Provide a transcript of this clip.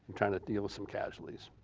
trying to deal with some casualties.